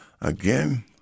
Again